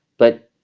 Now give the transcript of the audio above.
but,